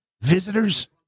Visitors